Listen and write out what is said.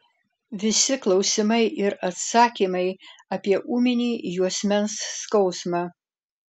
visi klausimai ir atsakymai apie ūminį juosmens skausmą